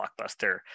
blockbuster